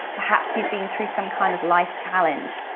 perhaps you've been through some kind of life challenge.